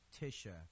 Tisha